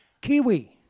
Kiwi